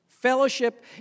Fellowship